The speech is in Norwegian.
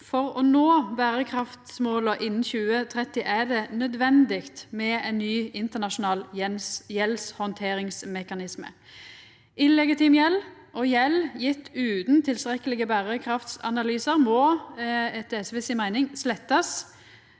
For å nå berekraftsmåla innan 2030 er det nødvendig med ein ny internasjonal gjeldshandteringsmekanisme. Illegitim gjeld og gjeld gjeven utan tilstrekkelege berekraftsanalysar må, etter